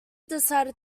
decided